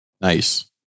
Nice